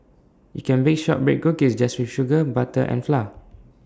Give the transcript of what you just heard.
you can bake Shortbread Cookies just with sugar butter and flour